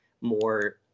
more